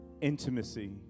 intimacy